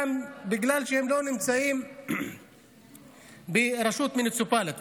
בגלל שהם לא נמצאים ברשות מוניציפלית.